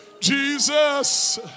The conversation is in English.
Jesus